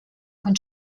von